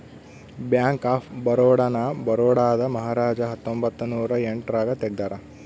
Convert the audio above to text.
bank of Baroda ನ ಬರೋಡಾದ ಮಹಾರಾಜ ಹತ್ತೊಂಬತ್ತ ನೂರ ಎಂಟ್ ರಾಗ ತೆಗ್ದಾರ